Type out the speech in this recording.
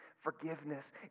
forgiveness